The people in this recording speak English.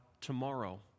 tomorrow